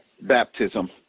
baptism